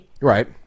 Right